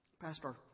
Pastor